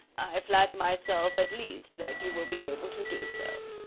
i flatter myself at least that you will be able to do so.